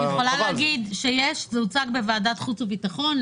אני יכולה להגיד שיש, זה הוצג בוועדת חוץ וביטחון.